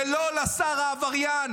ולא לשר העבריין,